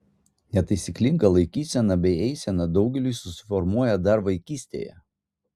netaisyklinga laikysena bei eisena daugeliui susiformuoja dar vaikystėje